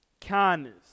kindness